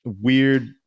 weird